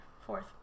Fourth